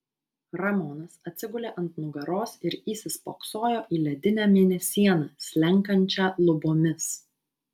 ramonas atsigulė ant nugaros ir įsispoksojo į ledinę mėnesieną slenkančią lubomis